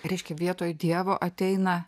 reiškia vietoj dievo ateina